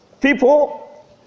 People